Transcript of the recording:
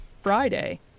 Friday